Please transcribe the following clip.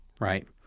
right